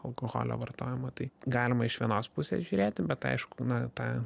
alkoholio vartojimo tai galima iš vienos pusės žiūrėti bet aišku na tą